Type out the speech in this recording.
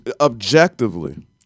objectively